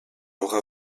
aura